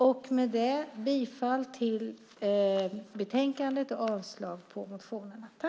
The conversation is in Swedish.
Med det yrkar jag bifall till förslaget i betänkandet och avslag på motionerna.